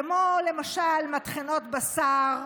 כמו למשל מטחנות בשר,